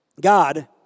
God